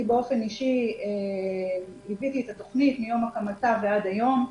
באופן אישי ליוויתי את התוכנית מיום הקמתה ועד היום.